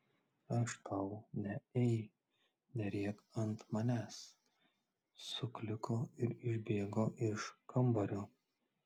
aš tau ne ei nerėk ant manęs sukliko ir išbėgo iš kambario